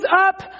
up